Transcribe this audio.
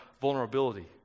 vulnerability